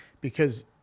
because-